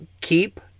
Keep